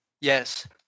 Yes